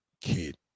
kid